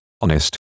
honest